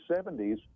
70s